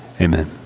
Amen